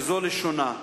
וזו לשונה: